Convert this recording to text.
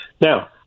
Now